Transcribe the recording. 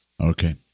Okay